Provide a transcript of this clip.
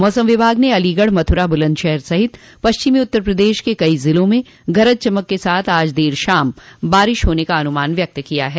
मौसम विभाग ने अलीगढ़ मथुरा बुलन्दशहर सहित पश्चिमी उत्तर प्रदेश के कई ज़िलों में गरज चमक के साथ आज देर शाम बारिश होने का अनुमान व्यक्त किया है